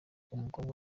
umukobwa